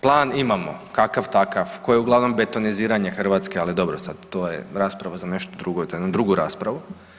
Plan imamo kakav takav koji je uglavnom betoniziranje Hrvatske, ali dobro sad to je rasprava za nešto drugo i za jednu drugu raspravu.